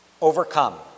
Overcome